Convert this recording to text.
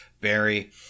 Barry